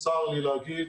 צר לי להגיד,